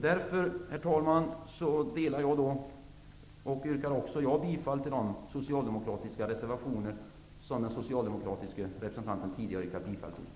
Därför, herr talman, yrkar också jag bifall till de socialdemokratiska reservationer som den socialdemokratiske representanten tidigare yrkat bifall till.